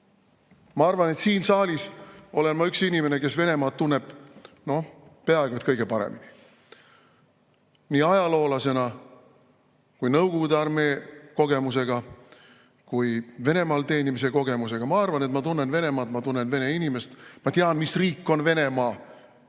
Ma arvan, et siin saalis olen mina see üks inimene, kes tunneb Venemaad peaaegu kõige paremini – nii ajaloolasena kui ka Nõukogude armee kogemust ja Venemaal teenimise kogemust omavana. Ma arvan, et ma tunnen Venemaad, ma tunnen vene inimest, ma tean, mis riik on Venemaa.